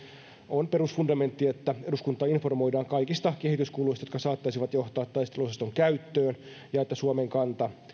on perusfundamentti että eduskuntaa informoidaan kaikista kehityskuluista jotka saattaisivat johtaa taisteluosaston käyttöön ja että suomen kanta